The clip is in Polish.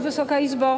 Wysoka Izbo!